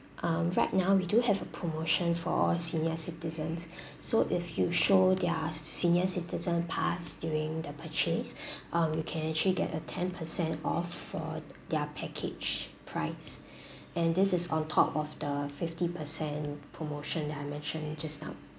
um right now we do have a promotion for senior citizens so if you show their senior citizen pass during the purchase um you can actually get a ten percent off for their package price and this is on top of the fifty percent promotion that I mentioned just now